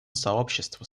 сообществу